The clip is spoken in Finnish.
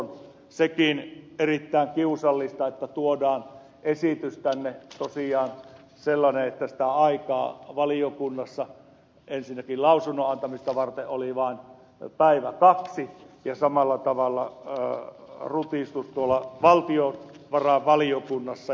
sekin on erittäin kiusallista että tuodaan tosiaan tänne sellainen esitys että sitä aikaa valiokunnassa ensinnäkin lausunnon antamista varten oli vain päivä kaksi ja samalla tavalla rutistus tuolla valtiovarainvaliokunnassa